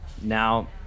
Now